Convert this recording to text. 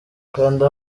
kanda